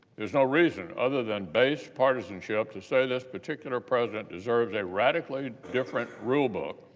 there is no reason, other than base partisanship to say this particular president deserves a radically different rulebook